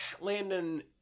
Landon